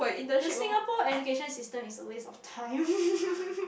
the Singapore education system is a waste of time